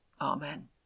Amen